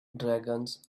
dragons